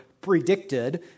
predicted